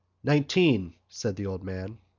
nineteen, said the old man.